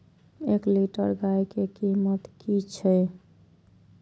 एक लीटर गाय के कीमत कि छै?